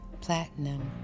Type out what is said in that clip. platinum